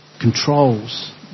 controls